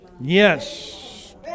yes